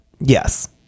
Yes